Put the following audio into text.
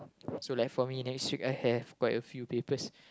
so like for me next week I have quite a few papers